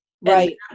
Right